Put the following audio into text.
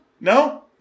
no